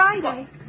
Friday